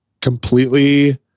Completely